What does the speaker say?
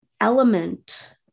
element